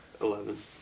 Eleven